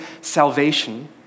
salvation